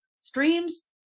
streams